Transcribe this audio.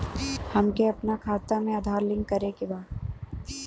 हमके अपना खाता में आधार लिंक करें के बा?